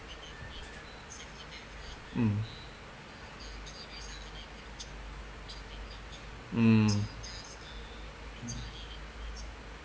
mm mm